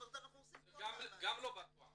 זאת אומרת אנחנו עושים --- זה גם לא בטוח.